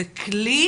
זה כלי